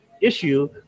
issue